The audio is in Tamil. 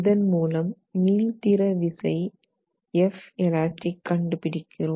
இதன் மூலம் மீள்திற விசை F elastic கண்டு பிடிக்கிறோம்